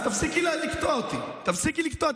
אז תפסיקי לקטוע אותי, תפסיקי לקטוע.